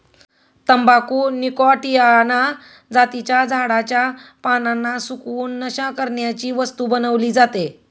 तंबाखू निकॉटीयाना जातीच्या झाडाच्या पानांना सुकवून, नशा करण्याची वस्तू बनवली जाते